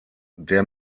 der